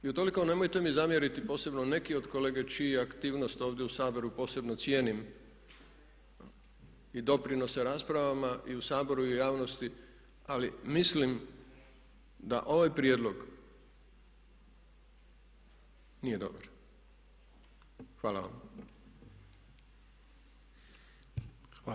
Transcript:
I utoliko nemojte mi zamjeriti, posebno neki od kolege, čiju aktivnost ovdje u Saboru posebno cijenim i doprinose raspravama i u Saboru i u javnosti ali mislim da ovaj prijedlog nije dobar.